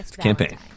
campaign